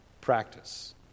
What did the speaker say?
practice